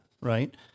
right